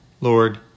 Lord